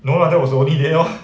no lah that was the only day lor